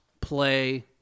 play